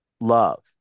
love